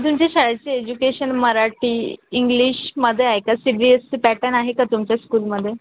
तुमच्या शाळेची एज्युकेशन मराठी इंग्लिशमध्ये आहे का C B S E pattern आहे का तुमच्या स्कूलमध्ये